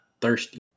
thirsty